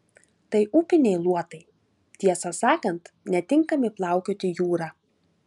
tai upiniai luotai tiesą sakant netinkami plaukioti jūra